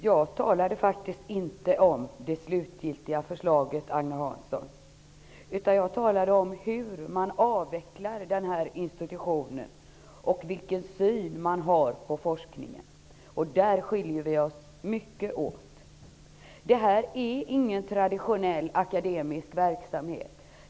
Herr talman! Jag talade inte om det slutgiltiga förslaget, Agne Hansson, utan jag talade om hur man avvecklar denna institution och vilken syn man har på forskningen. Där skiljer vi oss mycket åt. Det här är ingen traditionell akademisk verksamhet.